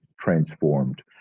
transformed